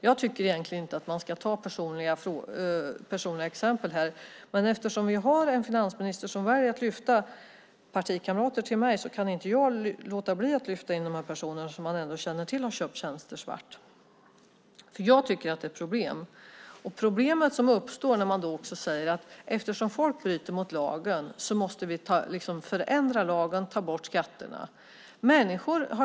Jag tycker egentligen inte att man ska ta personliga exempel, men eftersom vi har en finansminister som väljer att lyfta fram partikamrater till mig kan inte jag låta bli att lyfta fram de personer som man känner till har köpt tjänster svart. Jag tycker att det är ett problem. Det uppstår ett problem när man säger så här: Eftersom folk bryter mot lagen måste vi förändra lagen och ta bort skatterna.